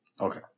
Okay